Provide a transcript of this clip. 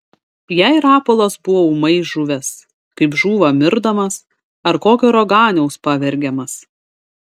jai rapolas buvo ūmai žuvęs kaip žūva mirdamas ar kokio raganiaus pavergiamas